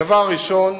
הדבר הראשון,